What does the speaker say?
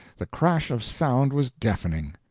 the crash of sound was deafening.